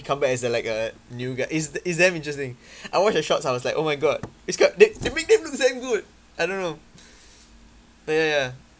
come back as like a new guy it's it's damn interesting I watched the shorts I was like oh my god it's quite they they make them look damn good I don't know ya ya ya